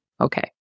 Okay